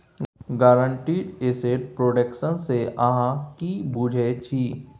guaranteed asset production सँ अहाँ कि बुझै छी